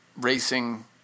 racing